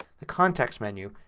the context menu,